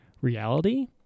reality